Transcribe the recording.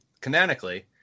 canonically